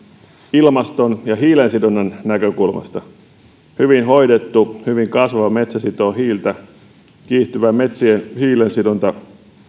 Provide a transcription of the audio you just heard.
ilmaston ja hiilensidonnan näkökulmasta hyvin hoidettu hyvin kasvava metsä sitoo hiiltä kiihtyvä metsien hiilensidonta